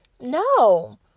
no